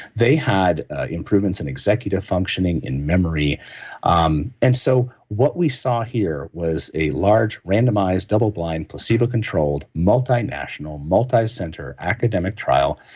they had improvements in executive functioning and memory um and so, what we saw here was a large randomized, double blind, placebo-controlled, multinational multicenter, academic trial.